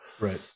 Right